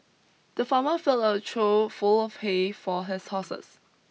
the farmer filled a trough full of hay for his horses